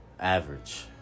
average